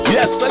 Yes